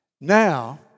Now